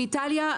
איטליה,